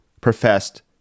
professed